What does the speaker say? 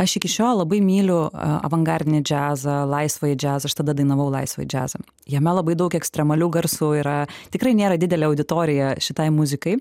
aš iki šiol labai myliu avangardinį džiazą laisvąjį džiazą aš tada dainavau laisvąjį džiazą jame labai daug ekstremalių garsų yra tikrai nėra didelė auditorija šitai muzikai